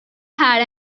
had